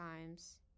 times